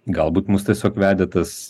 galbūt mus tiesiog vedė tas